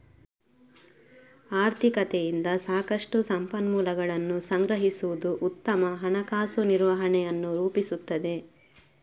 ಆರ್ಥಿಕತೆಯಿಂದ ಸಾಕಷ್ಟು ಸಂಪನ್ಮೂಲಗಳನ್ನು ಸಂಗ್ರಹಿಸುವುದು ಉತ್ತಮ ಹಣಕಾಸು ನಿರ್ವಹಣೆಯನ್ನು ರೂಪಿಸುತ್ತದೆ